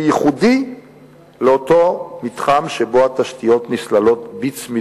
ייחודי לאותו מתחם שבו התשתיות נסללות בצמידות.